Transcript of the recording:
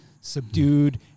subdued